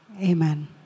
amen